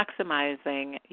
maximizing